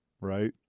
right